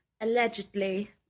allegedly